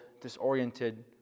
disoriented